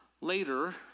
later